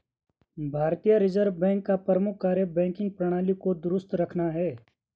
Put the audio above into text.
भारतीय Reserve Bank का प्रमुख कार्य बैंकिंग प्रणाली को दुरुस्त रखना है